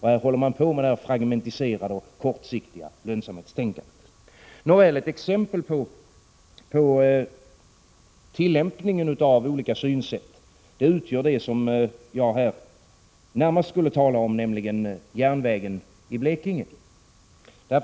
Här håller man på med det fragmentariserade och kortsiktiga lönsamhetstänkandet. Det som jag här närmast skall beröra är järnvägen i Blekinge, som är ett exempel på tillämpningen av olika synsätt.